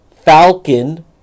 Falcon